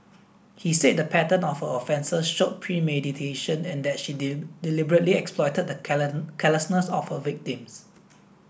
he said the pattern of her offences showed premeditation in that she deliberately exploited the carelessness of her victims